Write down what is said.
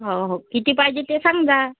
हो हो किती पाहिजे ते सांगा